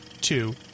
two